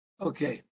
Okay